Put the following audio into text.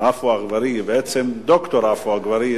עפו אגבאריה, בעצם ד"ר עפו אגבאריה,